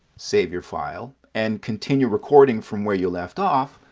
save your file, and continue recording from where you left off,